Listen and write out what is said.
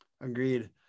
Agreed